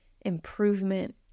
improvement